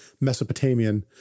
Mesopotamian